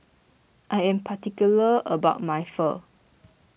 I am particular about my phone